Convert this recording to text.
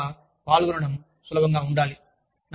వారు కూడా పాల్గొనడం సులభంగా ఉండాలి